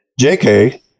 JK